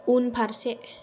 उनफारसे